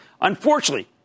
Unfortunately